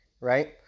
right